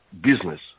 business